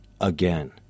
again